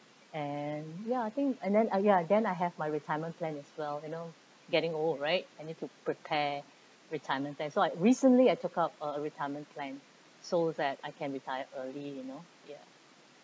and ya I think and then uh ya then I have my retirement plan as well you know getting old right I need to prepare retirement that's why recently I took up a retirement plan so that I can retire early you know ya